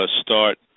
start